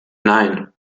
nein